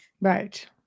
Right